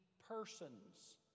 persons